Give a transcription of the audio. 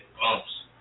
bumps